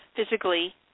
physically